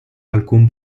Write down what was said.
alcun